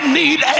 need